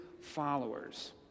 followers